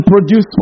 produce